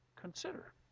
consider